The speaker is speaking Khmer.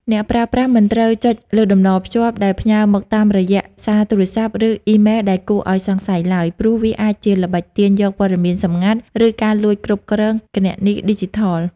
អ្នកប្រើប្រាស់មិនត្រូវចុចលើតំណភ្ជាប់ ដែលផ្ញើមកតាមរយៈសារទូរស័ព្ទ ឬអ៊ីមែលដែលគួរឱ្យសង្ស័យឡើយ ព្រោះវាអាចជាល្បិចទាញយកព័ត៌មានសម្ងាត់ ឬការលួចគ្រប់គ្រងគណនីឌីជីថល។